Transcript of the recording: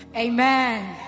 amen